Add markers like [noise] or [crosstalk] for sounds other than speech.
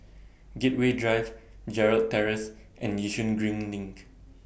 [noise] Gateway Drive Gerald Terrace and Yishun Green LINK